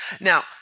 Now